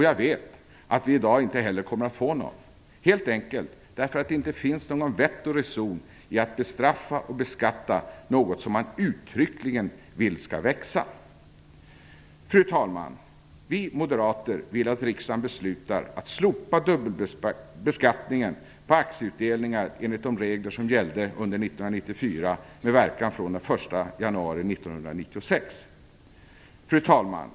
Jag vet att vi i dag inte heller kommer att få någon, helt enkelt därför att det inte finns någon vett och reson i att bestraffa och beskatta något som man uttryckligen vill skall växa. Fru talman! Vi moderater vill att riksdagen beslutar att slopa dubbelbeskattningen på aktieutdelningar enligt de regler som gällde under 1994 med verkan från den 1 januari 1996. Fru talman!